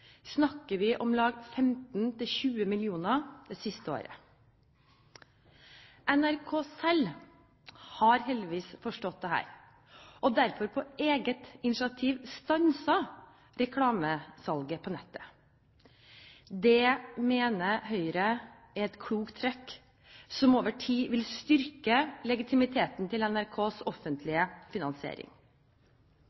snakker vi om 15–20 mill. kr det siste året. NRK har heldigvis selv forstått dette og derfor på eget initiativ stanset reklamesalget på nettet. Det mener Høyre er et klokt trekk, som over tid vil styrke legitimiteten til NRKs